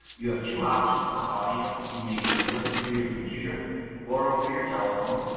you have two options for audio. you may either listen through your computer or over your telephone.